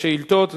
לשאילתות,